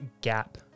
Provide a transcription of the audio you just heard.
gap